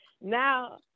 now